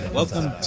welcome